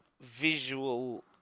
visual